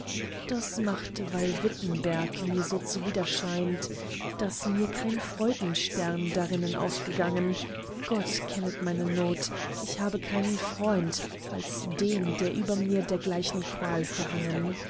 das macht weil wittenberg mir so zuwider scheint daß mir kein freudenstern darinnen aufgegangen gott kennet meine not ich habe keinen freund als den der über mir dergleichen qual verhangen